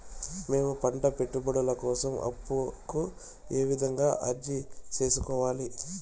మేము పంట పెట్టుబడుల కోసం అప్పు కు ఏ విధంగా అర్జీ సేసుకోవాలి?